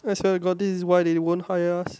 that's why got this is why they won't hire us